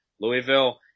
Louisville